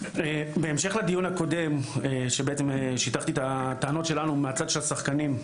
בהמשך לדיון הקודם שבו בעצם שיתפתי את הטענות שלנו מהצד של השחקנים,